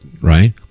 right